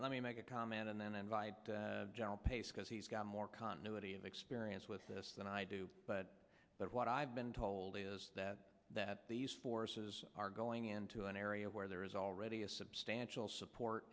let me make a comment and then i invite general pace because he's got more continuity of experience with this than i do but what i've been told is that that these forces are going into an area where there is already a substantial support